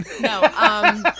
No